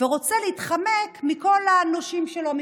ורוצה להתחמק מכל הנושים שלו,